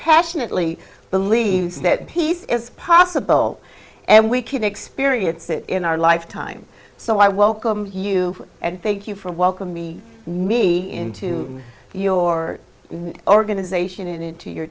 passionately believes that peace is possible and we can experience it in our lifetime so i welcome you and thank you for welcoming me me into your organization and into your